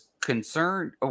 concerned